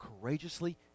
courageously